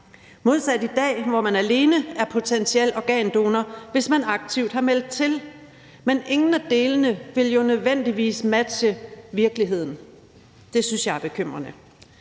modsat i dag, hvor man alene er potentiel organdonor, hvis man aktivt har meldt sig til. Men ingen af delene vil jo nødvendigvis matche virkeligheden. Det synes jeg er bekymrende.